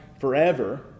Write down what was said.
forever